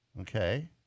Okay